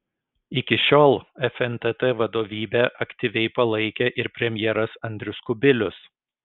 iki šiol fntt vadovybę aktyviai palaikė ir premjeras andrius kubilius